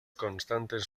constantes